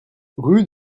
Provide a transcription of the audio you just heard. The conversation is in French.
rue